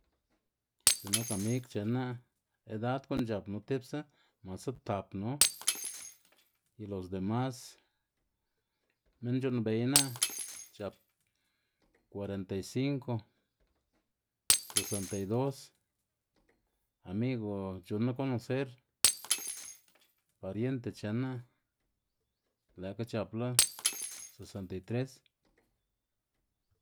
X̱i'k nak amig chenná edad gu'n c̲h̲apnu tipsa masa tapnu y los demas minn c̲h̲u'nnbeyná c̲h̲ap kuarentaysinco, sesentaydos amigo c̲h̲unná conocer, pariente che'nná lë'kga c̲h̲apla sesentaytres.